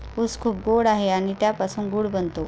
ऊस खूप गोड आहे आणि त्यापासून गूळ बनतो